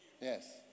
Yes